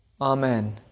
Amen